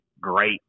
great